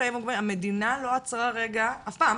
המדינה לא עצרה רגע אף פעם